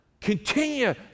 Continue